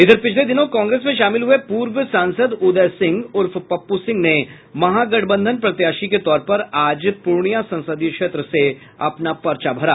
इधर पिछले दिनों कांग्रेस में शामिल हुए पूर्व सांसद उदय सिंह उर्फ पप्पू सिंह ने महागठबंधन प्रत्याशी के तौर पर आज पूर्णिया संसदीय क्षेत्र से अपना पर्चा भरा